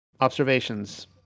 Observations